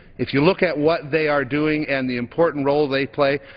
if you look at what they are doing and the important role they play,